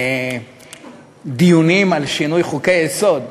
דיונים על שינוי חוקי-יסוד.